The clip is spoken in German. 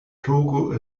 togo